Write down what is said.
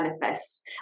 manifests